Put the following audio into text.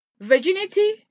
virginity